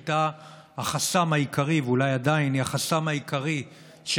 הייתה החסם העיקרי ואולי עדיין היא החסם העיקרי של